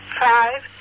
Five